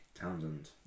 Townsend